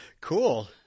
cool